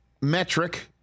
metric